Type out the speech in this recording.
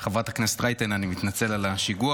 חבר הכנסת נאור שירי מסיעת יש עתיד.